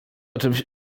czymś